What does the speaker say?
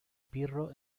pirro